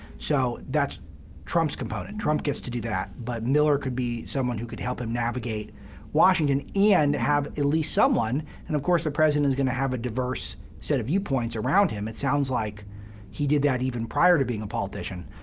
so that's trump's component trump gets to do that. but miller could be someone who could help him navigate washington and have at least someone and of course the president is going to have a diverse set of viewpoints around him. it sounds like he did that even prior to being a politician.